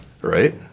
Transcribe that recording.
Right